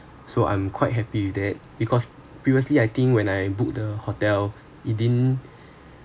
so I'm quite happy that because previously I think when I book the hotel it didn't